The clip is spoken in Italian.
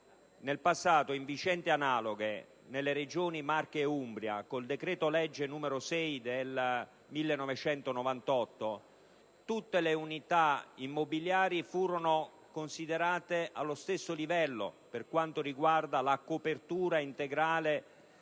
del Governo - nelle Regioni Marche e Umbria, con decreto-legge n. 6 del 1998, tutte le unità immobiliari furono considerate allo stesso livello per quanto riguarda la copertura integrale